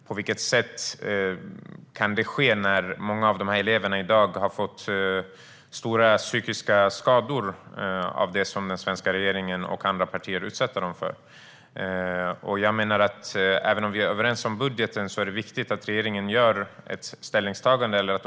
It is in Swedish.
På vilket sätt kan det ske när många av eleverna i dag har fått stora psykiska skador av det som den svenska regeringen och andra partier utsätter dem för? Även om vi är överens om budgeten är det viktigt att regeringen gör ett ställningstagande.